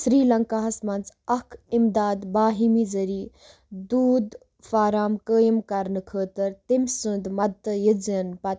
سری لنکاہَس منٛز اَکھ اِمداد باہمی ذٔریعہِ دودھ فارٕم قٲیم کَرنہٕ خٲطرٕ تٔمۍ سُنٛد مُدتے یژن پتہٕ